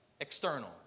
External